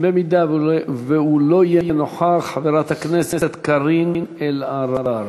אם לא יהיה נוכח, חברת הכנסת קארין אלהרר.